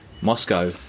Moscow